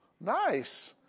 nice